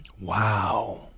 Wow